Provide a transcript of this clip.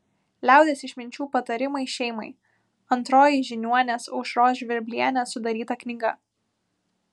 liaudies išminčių patarimai šeimai antroji žiniuonės aušros žvirblienės sudaryta knyga